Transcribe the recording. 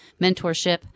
mentorship